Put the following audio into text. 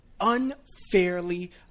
unfairly